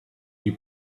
you